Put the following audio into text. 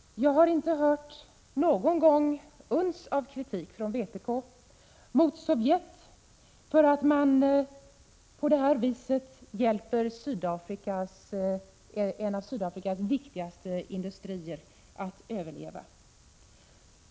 Jag har inte någon gång hört ett uns av kritik från vpk mot att Sovjet på det här sättet hjälper en av Sydafrikas viktigaste industrier att överleva.